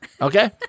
okay